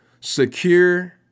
secure